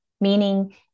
meaning